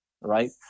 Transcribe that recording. right